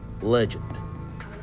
legend